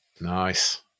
Nice